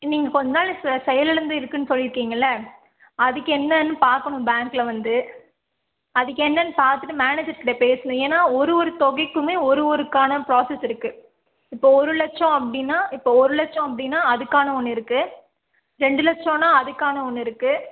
நீங்கள் கொஞ்ச நாள் ச செயலிழந்து இருக்குன்னு சொல்லிருக்கீங்களே அதுக்கு என்னன்னு பார்க்கணும் பேங்க்கில் வந்து அதுக்கு என்னன்னு பார்த்துட்டு மேனேஜர்கிட்ட பேசணும் ஏன்னா ஒரு ஒரு தொகைக்குமே ஒரு ஒருக்கான ப்ராஸஸ் இருக்கு இப்போ ஒரு லட்சம் அப்படின்னா இப்போ ஒரு லட்சம் அப்படின்னா அதுக்கான ஒன்று இருக்கு ரெண்டு லட்சம்ன்னா அதுக்கான ஒன்று இருக்கு